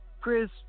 Chris